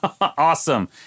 Awesome